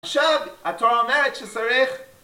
עכשיו, התורה אומרת שצריך